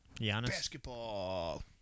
Basketball